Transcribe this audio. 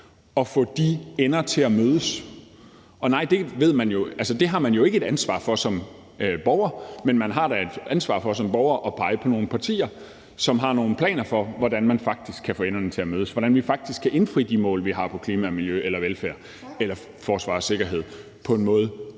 at få de ender til at mødes. Det har man jo ikke et ansvar for som borger, men man har da et ansvar for som borger at pege på nogle partier, som har nogle planer for, hvordan man faktisk kan få enderne til at mødes, og hvordan vi faktisk kan indfri de mål, vi har for klima, miljø og velfærd eller forsvar og sikkerhed, på en eller